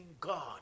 God